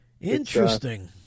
Interesting